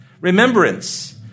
Remembrance